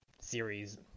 series